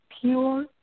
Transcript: pure